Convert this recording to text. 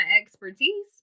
expertise